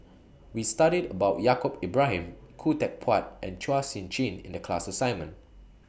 We studied about Yaacob Ibrahim Khoo Teck Puat and Chua Sian Chin in The class assignment